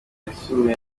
yasuwe